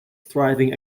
thriving